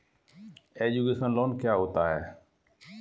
Education loan क्या होता है?